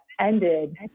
ended